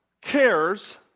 cares